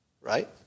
Right